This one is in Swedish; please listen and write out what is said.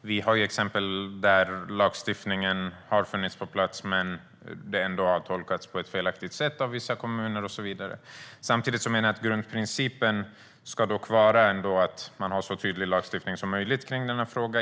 Vi har ju exempel där lagstiftningen har funnits på plats men där den ändå har tolkats på ett felaktigt sätt av vissa kommuner. Samtidigt menar jag att grundprincipen ska vara att man har en så tydlig lagstiftning som möjligt kring denna fråga.